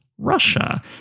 Russia